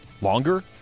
Longer